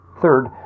Third